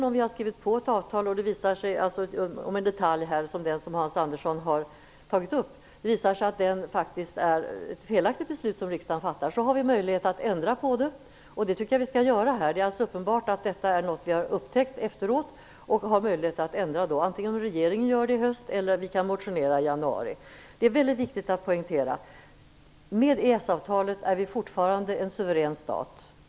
Om vi har skrivit på ett avtal och det visar sig att riksdagen har fattat ett felaktigt beslut i en detalj, som den som Hans Andersson hat tagit upp, har vi möjlighet att ändra på beslutet. Det tycker jag att vi skall göra i detta fall. Det är uppenbart att det här är något som upptäckts i efterhand, och då har vi möjlighet att ändra. Antingen kan regeringen göra det i höst, eller så kan vi motionera i januari. Det är väldigt viktigt att poängtera att vi med EES avtalet fortfarande är en suverän stat.